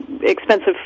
expensive